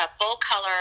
full-color